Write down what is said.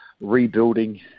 rebuilding